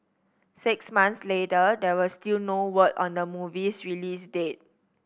six months later there was still no word on the movie's release date